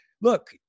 look